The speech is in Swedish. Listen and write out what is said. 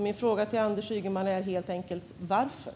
Min fråga till Anders Ygeman är helt enkelt: Varför?